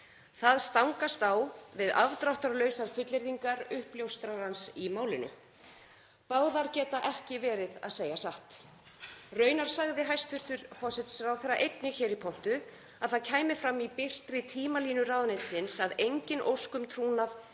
Það stangast á við afdráttarlausar fullyrðingar uppljóstrarans í málinu. Báðar geta ekki verið að segja satt. Raunar sagði hæstv. forsætisráðherra einnig hér í pontu að það kæmi fram í birtri tímalínu ráðuneytisins að engin ósk um trúnað